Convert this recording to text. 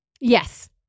Yes